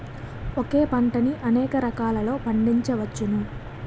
ఒకే పంటని అనేక రకాలలో పండించ్చవచ్చును